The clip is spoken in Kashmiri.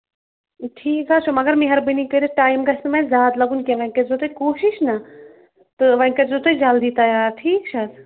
ٹھیٖک حظ چھُ مگر مہربٲنی کٔرِتھ ٹایم گژھِ نہٕ وۄنۍ زیادٕ لَگُن کیٚنٛہہ وۄنۍ کٔرزیٚو تُہۍ کوٗشِش نا تہٕ وۄنۍ کٔرزیٚو تُہۍ جلدی تَیار ٹھیٖک چھا حظ